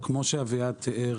כמו שאביעד תיאר,